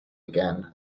again